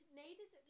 needed